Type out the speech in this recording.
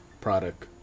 product